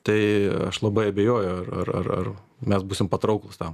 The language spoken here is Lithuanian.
tai aš labai abejoju ar ar ar mes būsim patrauklūs tam